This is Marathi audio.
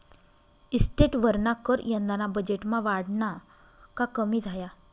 इस्टेटवरना कर यंदाना बजेटमा वाढना का कमी झाया?